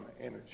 energy